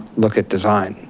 look at design.